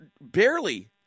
barely